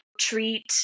treat